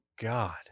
God